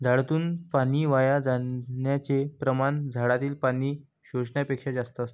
झाडातून पाणी वाया जाण्याचे प्रमाण झाडातील पाणी शोषण्यापेक्षा जास्त असते